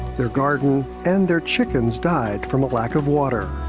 their garden and their chickens died from a lack of water.